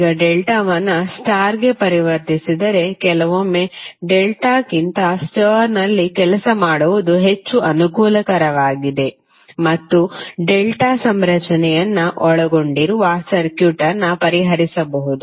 ಈಗ ಡೆಲ್ಟಾವನ್ನು ಸ್ಟಾರ್ಗೆ ಪರಿವರ್ತಿಸಿದರೆ ಕೆಲವೊಮ್ಮೆ ಡೆಲ್ಟಾಕ್ಕಿಂತ ಸ್ಟಾರ್ನಲ್ಲಿ ಕೆಲಸ ಮಾಡುವುದು ಹೆಚ್ಚು ಅನುಕೂಲಕರವಾಗಿದೆ ಮತ್ತು ಡೆಲ್ಟಾ ಸಂರಚನೆಯನ್ನು ಒಳಗೊಂಡಿರುವ ಸರ್ಕ್ಯೂಟ್ ಅನ್ನು ಪರಿಹರಿಸಬಹುದು